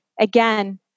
again